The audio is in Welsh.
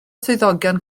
swyddogion